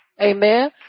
amen